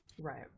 right